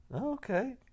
okay